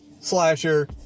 slasher